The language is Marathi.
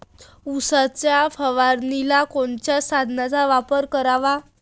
उसावर फवारनीले कोनच्या साधनाचा वापर कराव?